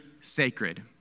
sacred